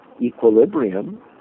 Equilibrium